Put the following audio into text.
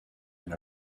and